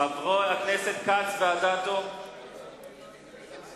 חברי הכנסת כץ ואדטו, בבקשה.